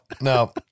no